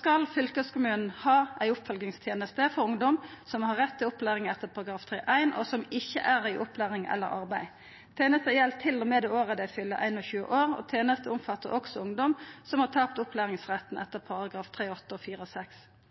skal fylkeskommunen ha ei oppfølgingsteneste for ungdom som har rett til opplæring etter § 3-1, og som ikkje er i opplæring eller i arbeid. Tenesta gjeld til og med det året dei fyller 21 år, og tenesta omfattar også ungdom som har tapt opplæringsretten etter § 3-8 og